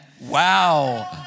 Wow